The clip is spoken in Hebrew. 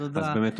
אז באמת,